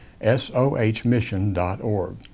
SOHmission.org